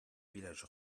village